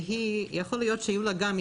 יכול להיות שיהיו לה גם,